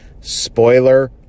spoiler